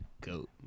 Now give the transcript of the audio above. GOAT